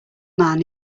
man